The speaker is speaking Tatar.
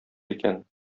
икән